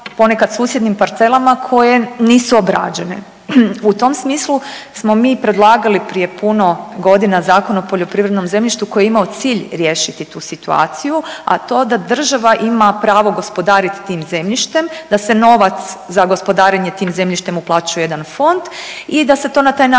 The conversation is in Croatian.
ponekad susjednim parcelama koje nisu obrađene. U tom smislu smo mi predlagali prije puno godina Zakon o poljoprivrednom zemljištu koji je imao cilj riješiti tu situaciju, a to da država ima pravo gospodariti tim zemljištem, da se novac za gospodarenje tim zemljištem uplaćuje jedan fond i da se to na taj način